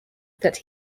that